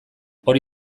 hori